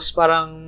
parang